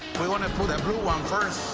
we want to put the blue one first.